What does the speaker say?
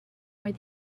where